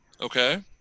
okay